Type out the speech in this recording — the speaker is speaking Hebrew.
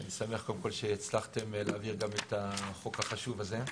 אני שמח שהצלחתם להעביר את החוק החשוב הזה.